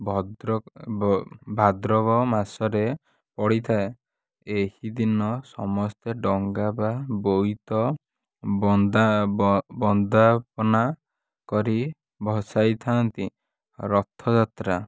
ଭଦ୍ରକ ଭାଦ୍ରବ ମାସରେ ପଡ଼ିଥାଏ ଏହିଦିନ ସମସ୍ତେ ଡଙ୍ଗା ବା ବୋଇତ ବନ୍ଦା ବନ୍ଦାପନା କରି ଭସାଇଥାନ୍ତି ରଥଯାତ୍ରା